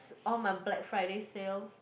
all my Black Friday sales